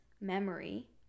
memory